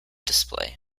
display